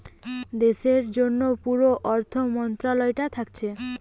দেশের জন্যে পুরা অর্থ মন্ত্রালয়টা থাকছে